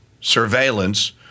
surveillance